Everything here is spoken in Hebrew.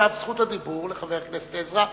עכשיו זכות הדיבור לחבר הכנסת עזרא.